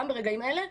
גם ברגעים אלה,